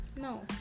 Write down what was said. no